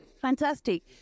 Fantastic